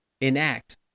enact